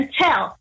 tell